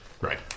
Right